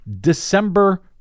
December